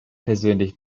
persönlich